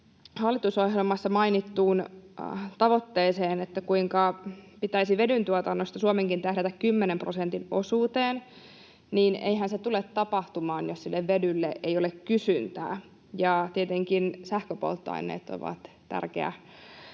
hallitusohjelmassa mainittuun tavoitteeseen, kuinka pitäisi vedyn tuotannossa Suomenkin tähdätä 10 prosentin osuuteen, niin eihän se tule tapahtumaan, jos sille vedylle ei ole kysyntää. Tietenkin sähköpolttoaineet ovat tärkeässä